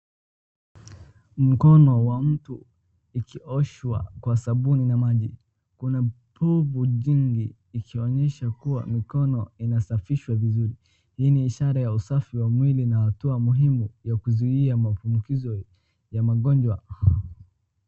Mkono ya mtu ikioshwa kwa sabuni na maji. Kuna povu jingi ikionyesha mikono inasafishwa vizuri. Hii ni ishara ya usafi wa mwili na hatua muhimu ya kuzuia mapumbukizo ya magonjwa.